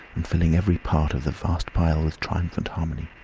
and filling every part of the vast pile with triumphant harmony.